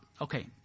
Okay